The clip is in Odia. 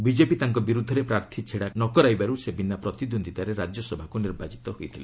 ବିଜେପି ତାଙ୍କ ବିରୁଦ୍ଧରେ ପ୍ରାର୍ଥୀ ଛିଡ଼ା ନ କରାଇବାରୁ ସେ ବିନା ପ୍ରତିଦ୍ୱନ୍ଦ୍ୱିତାରେ ରାଜ୍ୟସଭାକୁ ନିର୍ବାଚିତ ହୋଇଥିଲେ